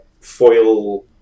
foil